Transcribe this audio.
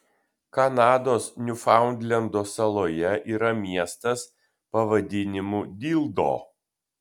kanados niufaundlendo saloje yra miestas pavadinimu dildo